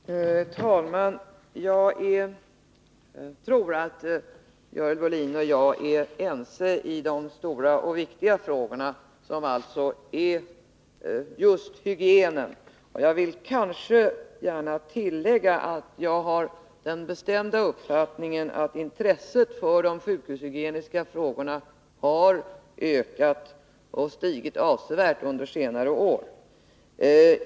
Herr talman! Jag tror att Görel Bohlin och jag är ense i de stora och viktiga frågor som gäller just hygienen. Jag vill gärna tillägga att jag har den bestämda uppfattningen att intresset för sjukhushygieniska frågor har stigit avsevärt under senare år.